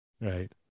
Right